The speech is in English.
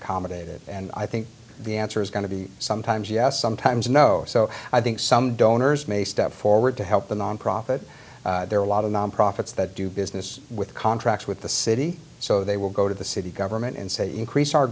accommodate it and i think the answer is going to be sometimes yes sometimes no so i think some donors may step forward to help the nonprofit there are a lot of non profits that do business with contracts with the city so they will go to the city government and say increase our